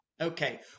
Okay